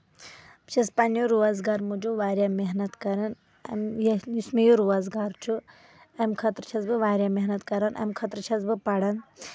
بہٕ چھَس پَنٕنہِ روزگار موٗجوٗب واریاہ محنت کَران یُس مےٚ یہ روزگار چُھ تِمہِ خٲطرٕ چھَس بہٕ واریاہ محنت کَران اَمہِ خٲطرٕ چھَس بہٕ پَران